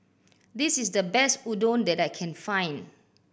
this is the best Udon that I can find